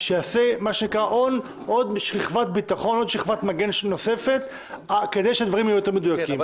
כדי שתהיה שכבת מגן נוספת כדי שהדברים יהיו יותר מדויקים.